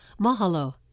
Mahalo